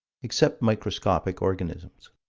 except microscopic organisms.